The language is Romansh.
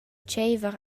tscheiver